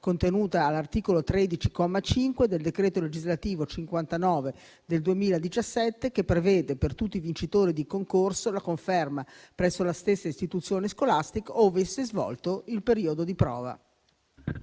contenuta all'articolo 13, comma 5, del decreto legislativo n. 59 del 2017, che prevede, per tutti i vincitori di concorso, la conferma presso la stessa istituzione scolastica ove si è svolto il periodo di prova.